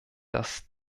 dass